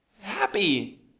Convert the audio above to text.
happy